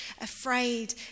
afraid